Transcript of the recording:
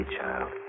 child